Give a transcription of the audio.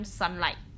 sunlight